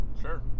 sure